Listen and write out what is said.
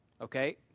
okay